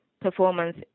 performance